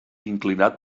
inclinat